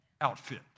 outfit